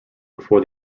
before